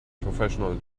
professional